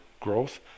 growth